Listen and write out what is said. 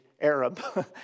Arab